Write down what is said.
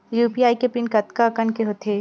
UPI के pin कतका अंक के होथे?